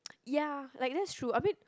ya like that's true I mean